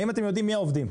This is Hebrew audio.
האם אתם יודעים מי העובדים,